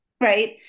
right